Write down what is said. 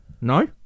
no